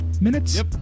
minutes